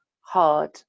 hard